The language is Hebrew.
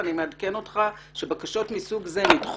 אני מעדכן אותך שבקשות מסוג זה נדחו'.